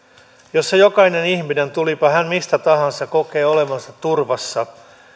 jossa jokainen ihminen tulipa hän mistä tahansa kokee olevansa turvassa